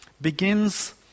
begins